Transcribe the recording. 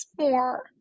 More